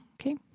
Okay